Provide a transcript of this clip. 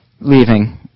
leaving